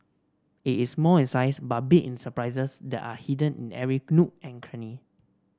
it is small in size but big in surprises that are hidden in every nook and cranny